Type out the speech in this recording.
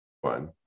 one